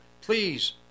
please